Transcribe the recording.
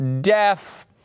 deaf